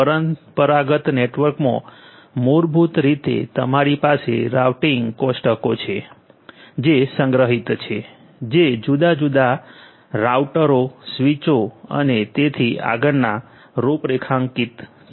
પરંપરાગત નેટવર્કમાં મૂળભૂત રીતે તમારી પાસે રાઉટિંગ કોષ્ટકો છે જે સંગ્રહિત છે જે જુદા જુદા રાઉટરો સ્વીચો અને તેથી આગળના રૂપરેખાંકિત છે